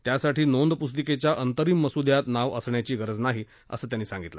त्यासाठी नोंद प्रस्तिकेच्या अंतरिम मसुद्यात नाव असण्याची गरज नाही असं त्यांनी सांगितलं